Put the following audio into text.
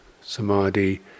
samadhi